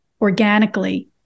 organically